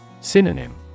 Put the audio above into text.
Synonym